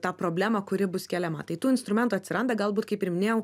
tą problemą kuri bus keliama tai tų instrumentų atsiranda galbūt kaip ir minėjau